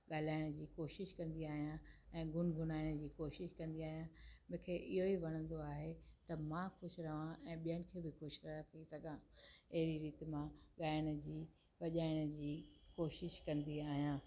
ॻाल्हाइण जी कोशिशि कंदी आहियां ऐं गुनगुनाइण जी कोशिशि कंदी आहियां मूंखे इहो ई वणंदो आहे त मां ख़ुशि रहा ऐं ॿियनि खे बि ख़ुशि रखी सघां अहिड़ी रीति मां ॻाइण जी वॼाइण जी कोशिशि कंदी आहियां